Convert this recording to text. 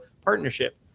partnership